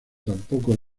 tampoco